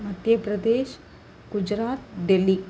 மத்திய பிரதேஷ் குஜராத் டெல்லி